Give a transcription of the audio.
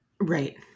Right